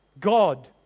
God